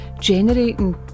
generating